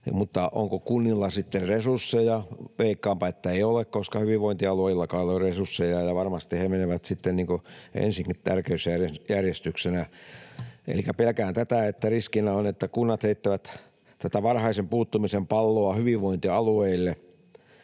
mutta onko kunnilla sitten resursseja? Veikkaanpa että ei ole, koska hyvinvointialueillakaan ei ole resursseja, ja varmasti he menevät sitten ensin tärkeysjärjestyksessä. Elikkä pelkään tätä, että riskinä on, että kunnat heittävät tätä varhaisen puuttumisen palloa hyvinvointialueille.